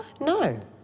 No